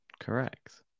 Correct